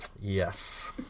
Yes